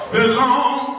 belong